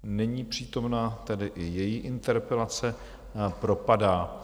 Není přítomna, tedy i její interpelace propadá.